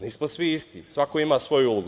Nismo svi isti, svako ima svoju ulogu.